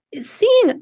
seeing